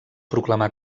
proclamà